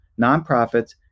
nonprofits